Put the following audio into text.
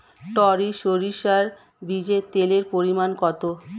টরি সরিষার বীজে তেলের পরিমাণ কত?